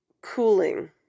cooling